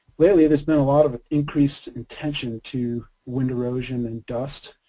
lately there's been a lot of increased attention to wind erosion and dust.